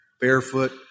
Barefoot